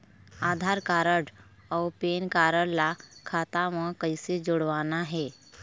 आधार card अऊ PAN card ला खाता म कइसे जोड़वाना हे?